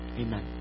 amen